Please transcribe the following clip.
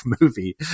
movie